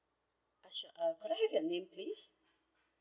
yes sure uh could I have your name please